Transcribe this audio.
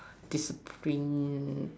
discipline